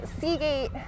Seagate